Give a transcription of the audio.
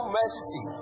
mercy